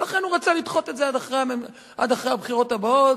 ולכן הוא רצה לדחות את זה עד אחרי הבחירות הבאות,